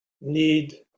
need